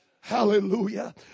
Hallelujah